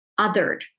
othered